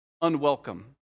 unwelcome